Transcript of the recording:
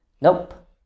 Nope